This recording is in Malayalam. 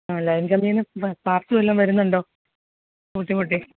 ആ ലൈൻ കമ്പീന്ന് സ്പാർക്ക് വല്ലോം വരുന്നുണ്ടോ കൂട്ടിമുട്ടി